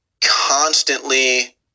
constantly